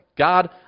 God